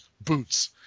boots